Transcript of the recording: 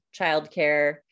childcare